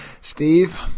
Steve